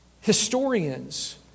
Historians